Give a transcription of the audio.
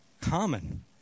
common